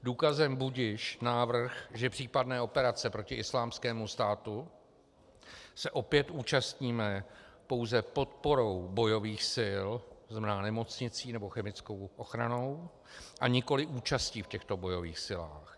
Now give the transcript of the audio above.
Důkazem budiž návrh, že případné operace proti Islámskému státu se opět účastníme pouze podporou bojových sil, tzn. nemocnicí nebo chemickou ochranou, a nikoli účastí v těchto bojových silách.